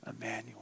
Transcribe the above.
Emmanuel